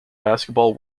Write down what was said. basketball